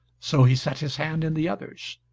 so he set his hand in the other's.